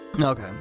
Okay